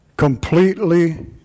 completely